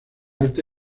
alta